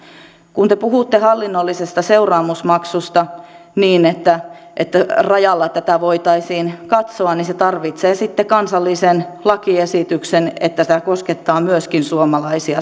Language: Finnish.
kun te puhutte hallinnollisesta seuraamusmaksusta niin että että rajalla tätä voitaisiin katsoa niin se tarvitsee sitten kansallisen lakiesityksen että tämä koskettaa myöskin suomalaisia